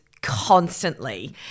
constantly